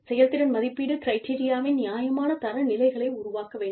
செயல்திறன் மதிப்பீட்டு கிரிட்டெரியாவின் நியாயமான தரநிலைகளை உருவாக்க வேண்டும்